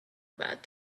about